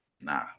nah